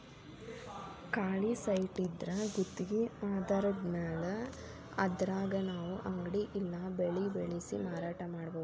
ಖಾಲಿ ಸೈಟಿದ್ರಾ ಗುತ್ಗಿ ಆಧಾರದ್ಮ್ಯಾಲೆ ಅದ್ರಾಗ್ ನಾವು ಅಂಗಡಿ ಇಲ್ಲಾ ಬೆಳೆ ಬೆಳ್ಸಿ ಮಾರಾಟಾ ಮಾಡ್ಬೊದು